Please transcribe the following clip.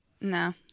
No